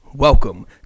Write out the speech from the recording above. welcome